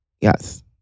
Yes